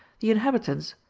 the inhabitants,